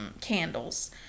candles